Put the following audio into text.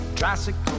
Tricycle